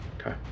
Okay